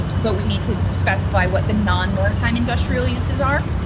but we need to specify what the non maritime industrial uses are.